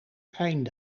einde